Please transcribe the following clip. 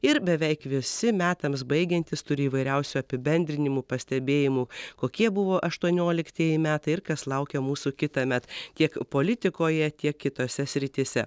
ir beveik visi metams baigiantis turi įvairiausių apibendrinimų pastebėjimų kokie buvo aštuonioliktieji metai ir kas laukia mūsų kitąmet tiek politikoje tiek kitose srityse